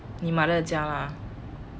你 mother 的家啦